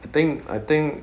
I think I think